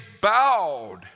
bowed